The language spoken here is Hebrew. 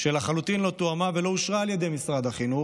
שלחלוטין לא תואמה ולא אושרה על ידי משרד החינוך,